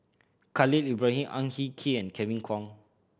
Khalil Ibrahim Ang Hin Kee and Kevin Kwan